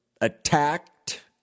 Attacked